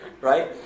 right